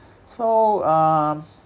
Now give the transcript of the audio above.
so um